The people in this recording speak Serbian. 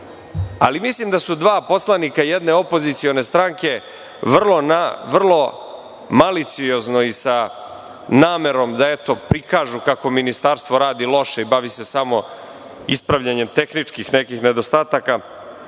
ali mislim da su dva poslanika jedne opozicione stranke vrlo maliciozno, sa namerom da prikažu kako Ministarstvo radi loše i bavi se samo ispravljanjem nekih tehničkih nedostataka,